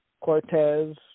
Cortez